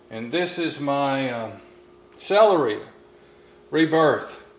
and this is my celery re-birth,